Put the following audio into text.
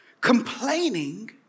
Complaining